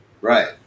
Right